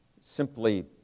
simply